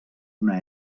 una